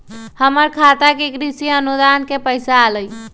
हमर खाता में कृषि अनुदान के पैसा अलई?